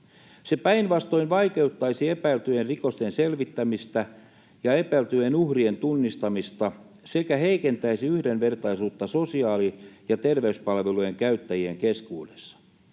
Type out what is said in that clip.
Ne päinvastoin vaikeuttaisivat epäiltyjen rikosten selvittämistä ja epäiltyjen uhrien tunnistamista sekä heikentäisivät yhdenvertaisuutta sosiaali- ja terveyspalvelujen käyttäjien keskuudessa.